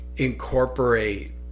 incorporate